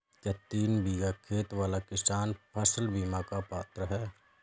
क्या तीन बीघा खेत वाला किसान फसल बीमा का पात्र हैं?